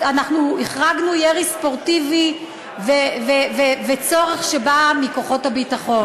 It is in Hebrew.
אנחנו החרגנו ירי ספורטיבי וצורך שבא מכוחות הביטחון.